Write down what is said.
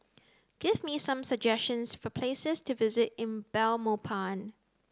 give me some suggestions for places to visit in Belmopan